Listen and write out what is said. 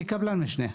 כקבלן משנה.